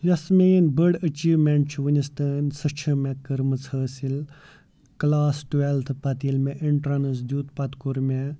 یۄس میٛٲنۍ بٔڑ أچیٖومٮ۪نٛٹ چھُ وُنیُس تام سۄ چھِ مےٚ کٔرمٕژ حٲصِل کلاس ٹُوٮ۪لتھ پَتہٕ ییٚلہِ مےٚ اٮ۪نٹرٛنٕس دیُت پَتہٕ کوٚر مےٚ